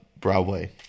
Broadway